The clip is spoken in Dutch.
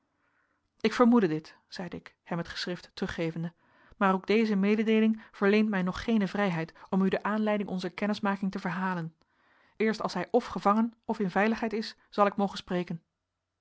ik vermoedde dit zeide ik hem het geschrift teruggevende maar ook deze mededeeling verleent mij nog geene vrijheid om u de aanleiding onzer kennismaking te verhalen eerst als hij of gevangen of in veiligheid is zal ik mogen spreken